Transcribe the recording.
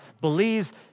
Belize